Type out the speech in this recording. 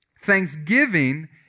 Thanksgiving